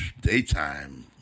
daytime